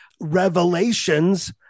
revelations